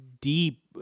deep